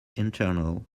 internal